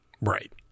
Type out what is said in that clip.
right